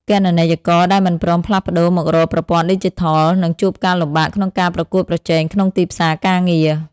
គណនេយ្យករដែលមិនព្រមផ្លាស់ប្តូរមករកប្រព័ន្ធឌីជីថល នឹងជួបការលំបាកក្នុងការប្រកួតប្រជែងក្នុងទីផ្សារការងារ។